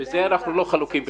בזה אנחנו חלוקים בכלל.